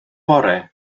fore